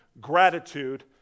Gratitude